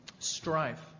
Strife